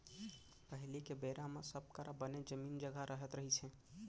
पहिली के बेरा म सब करा बने जमीन जघा रहत रहिस हे